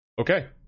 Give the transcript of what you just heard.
Okay